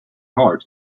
heart